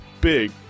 big